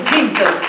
Jesus